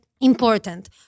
important